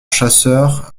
chasseur